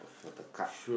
for the card